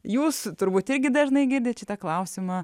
jūs turbūt irgi dažnai girdit šitą klausimą